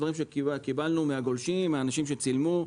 דברים שקיבלנו מהגולשים ומאנשים שצילמו.